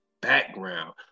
background